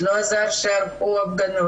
בדרך כזו או אחרת,